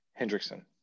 Hendrickson